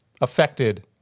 affected